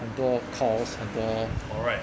很多 calls 很多